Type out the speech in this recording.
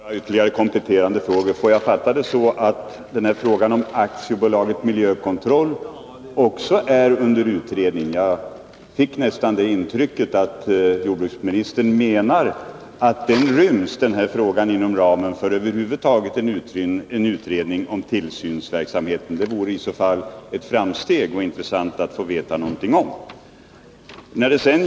Herr talman! Jag vill bara ställa några ytterligare kompletterande frågor. Får jag fatta jordbruksministern så att frågan om AB Svensk Miljökontroll också är under utredning? Jag fick nästan det intrycket att jordbruksministern menar att den frågan ryms inom ramen för en utredning om tillsynsverksamheten över huvud taget. Det vore i så fall ett framsteg, och det vore intressant att få veta någonting om detta.